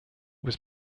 was